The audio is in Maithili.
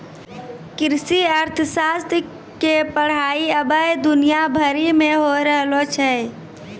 कृषि अर्थशास्त्र के पढ़ाई अबै दुनिया भरि मे होय रहलो छै